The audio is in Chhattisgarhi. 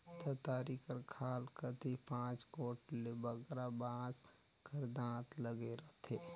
दँतारी कर खाल कती पाँच गोट ले बगरा बाँस कर दाँत लगे रहथे